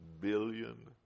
billion